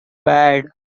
bad